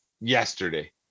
yesterday